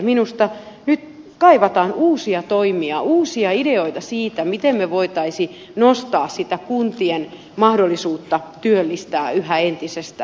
minusta nyt kaivataan uusia toimia uusia ideoita siinä miten me voisimme nostaa sitä kuntien mahdollisuutta työllistää yhä entisestään